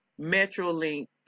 Metrolink